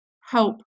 help